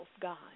God